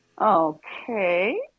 Okay